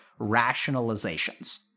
rationalizations